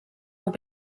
will